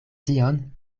tion